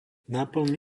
náplň